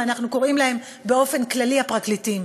ואנחנו קוראים להם באופן כללי: הפרקליטים.